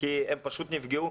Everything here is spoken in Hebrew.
הם פשוט נפגעו.